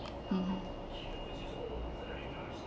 mmhmm